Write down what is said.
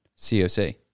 COC